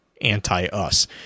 anti-Us